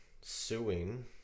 suing